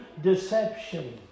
deception